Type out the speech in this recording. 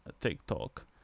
TikTok